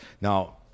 Now